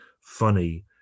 funny